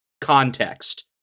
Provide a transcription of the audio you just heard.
context